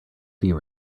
heavy